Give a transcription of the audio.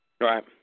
Right